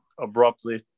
abruptly